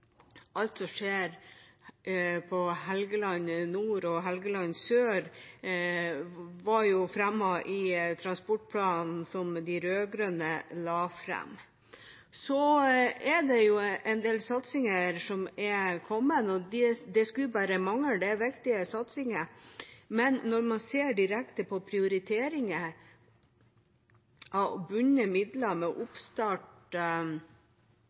alt som skjer på Helgeland nord og Helgeland sør, var fremmet i transportplanen som de rød-grønne la fram. Så er det jo en del satsinger som har kommet, og det skulle bare mangle, det er viktige satsinger, men når man ser direkte på prioriteringen av bundne midler med oppstart